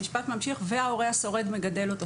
המשפט ממשיך "וההורה השורד מגדל אותו",